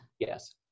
Yes